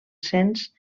cens